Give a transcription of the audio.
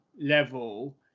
level